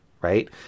right